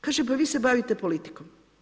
Kaže, pa vi se bavite politikom.